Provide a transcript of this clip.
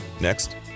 Next